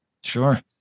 Sure